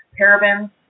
parabens